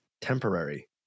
temporary